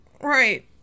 Right